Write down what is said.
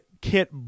Kit